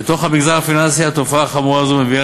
במגזר הפיננסי התופעה החמורה הזאת מביאה